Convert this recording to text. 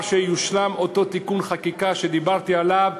שיושלם אותו תיקון חקיקה שדיברתי עליו,